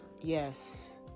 Yes